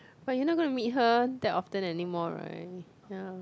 but you're not gonna meet her that often any more right ya